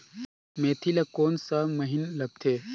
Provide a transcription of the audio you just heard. मेंथी ला कोन सा महीन लगथे?